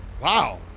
Wow